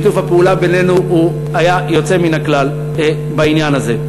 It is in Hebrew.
שיתוף הפעולה בינינו היה יוצא מן הכלל בעניין הזה.